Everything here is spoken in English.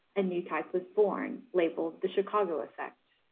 a new type was born labelled the chicago effect.